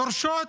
דורשות